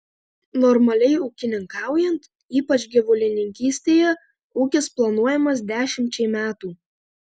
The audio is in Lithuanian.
normaliai ūkininkaujant ypač gyvulininkystėje ūkis planuojamas dešimčiai metų